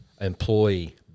employee